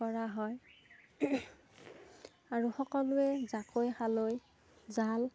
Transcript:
কৰা হয় আৰু সকলোৱে জাকৈ খালৈ জাল